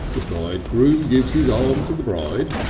the bridegroom gives his arm to the bride.